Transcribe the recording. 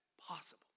possible